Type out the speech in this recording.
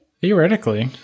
Theoretically